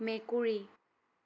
মেকুৰী